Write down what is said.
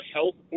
Health